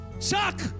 Chuck